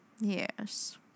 Yes